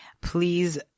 Please